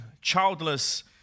childless